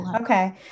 Okay